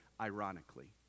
ironically